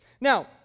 Now